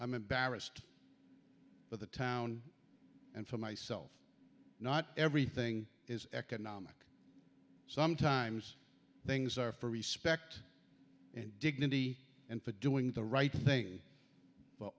i'm embarrassed for the town and for myself not everything is economic sometimes things are for respect and dignity and for doing the right thing